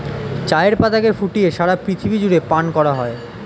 চায়ের পাতাকে ফুটিয়ে সারা পৃথিবী জুড়ে পান করা হয়